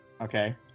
Okay